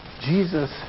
Jesus